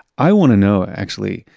i wanna know actually,